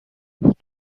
بود